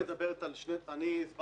אני לא יודע.